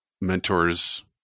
mentors